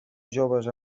joves